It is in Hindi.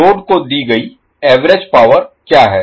लोड को दी गई एवरेज Average औसत पावर क्या है